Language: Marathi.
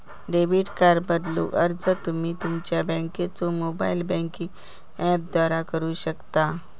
डेबिट कार्ड बदलूक अर्ज तुम्ही तुमच्यो बँकेच्यो मोबाइल बँकिंग ऍपद्वारा करू शकता